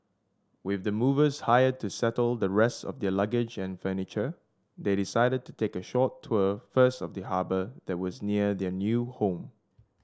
with the movers hired to settle the rest of their luggage and furniture they decided to take a short tour first of the harbour that was near their new home